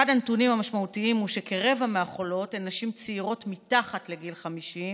אחד הנתונים המשמעותיים הוא שכרבע מהחולות הן נשים צעירות מתחת לגיל 50,